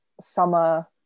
summer